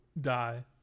die